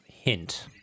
hint